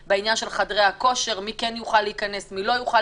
חדרי הכושר מי כן יוכל להיכנס ומי לא,